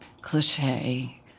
cliche